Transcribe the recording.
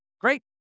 great